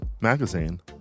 Magazine